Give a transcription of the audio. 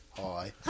Hi